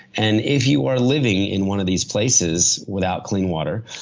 and if you are living in one of these places without clean water,